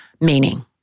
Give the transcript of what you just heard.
meaning